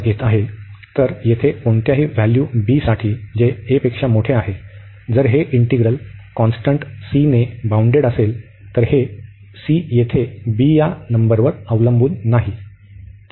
तर येथे कोणत्याही व्हॅल्यू साठी जे पेक्षा मोठे आहे जर हे इंटिग्रल कॉन्स्टंट C ने बाउंडेड असेल तर हे c येथे b या नंबरवर अवलंबून नाही